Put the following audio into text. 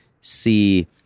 see